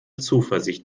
zuversicht